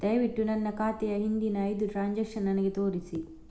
ದಯವಿಟ್ಟು ನನ್ನ ಖಾತೆಯ ಹಿಂದಿನ ಐದು ಟ್ರಾನ್ಸಾಕ್ಷನ್ಸ್ ನನಗೆ ತೋರಿಸಿ